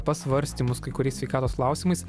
pasvarstymus kai kuriais sveikatos klausimais